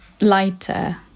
lighter